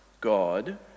God